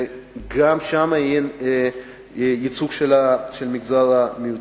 וגם שם יהיה ייצוג של מגזר המיעוטים.